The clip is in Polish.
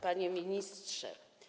Panie Ministrze!